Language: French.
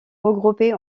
regroupées